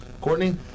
Courtney